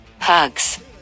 Hugs